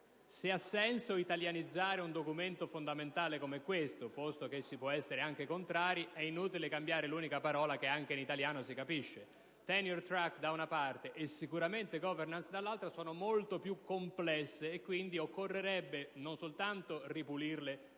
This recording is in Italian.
Se ha senso italianizzare un documento fondamentale come questo, posto che si può essere anche contrari, è inutile cambiare l'unica parola che anche in italiano si capisce*.* "*Tenure track*", da una parte, e, sicuramente, "*governance*",dall'altra, sono termini molto più complessi, e quindi occorrerebbe non soltanto ripulirli